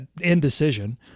indecision